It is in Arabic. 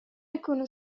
أكون